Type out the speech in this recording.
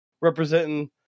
Representing